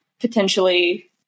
potentially